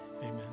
Amen